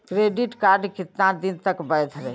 Credit card कितना दिन तक वैध रही?